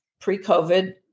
pre-COVID